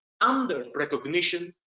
under-recognition